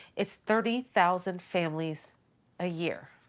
it's thirty thousand families a year.